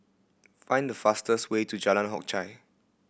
find the fastest way to Jalan Hock Chye